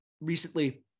recently